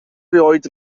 erioed